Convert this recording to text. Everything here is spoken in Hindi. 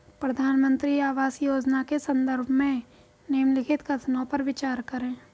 प्रधानमंत्री आवास योजना के संदर्भ में निम्नलिखित कथनों पर विचार करें?